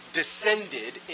descended